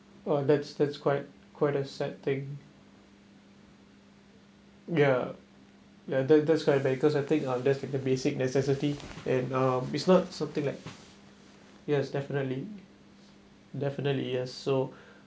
!wah! that's that's quite quite a sad thing ya that that's quite a baker's ethics um these can be the basic necessity and um it's not something like yes definitely definitely yes so